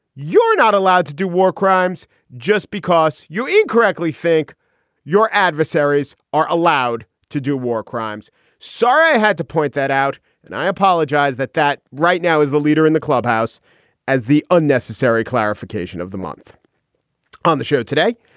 you're not allowed to do war crimes just because you incorrectly think your adversaries are allowed to do war crimes sorry i had to point that out and i apologize that that right now is the leader in the clubhouse as the unnecessary clarification of the month on the show today.